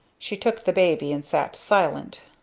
she took the baby and sat silent.